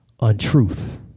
untruth